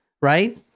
right